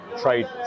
trade